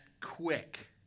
quick